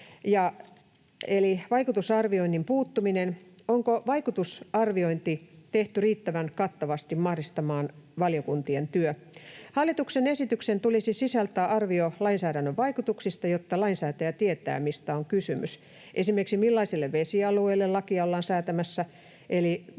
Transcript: vaikutusarvioinnin puuttumisen. Onko vaikutusarviointi tehty riittävän kattavasti mahdollistamaan valiokuntien työ? Hallituksen esityksen tulisi sisältää arvio lainsäädännön vaikutuksista, jotta lainsäätäjä tietää, mistä on kysymys. Esimerkiksi millaisille vesialueille lakia ollaan säätämässä